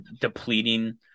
depleting